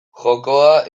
jokoa